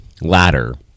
ladder